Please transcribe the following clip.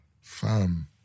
Fam